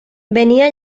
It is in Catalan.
venia